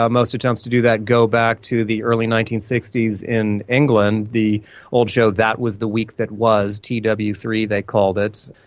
ah most attempts to do that go back to the early nineteen sixty s in england. the old show, that was the week that was, t w three they called it,